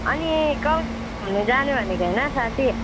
अनि कल घुम्न जाने भनेको होइन साथी